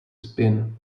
spin